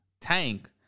Tank